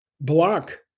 block